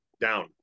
down